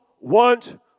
want